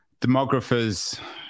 Demographers